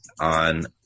on